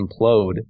implode